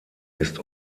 ist